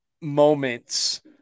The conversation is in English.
moments